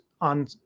on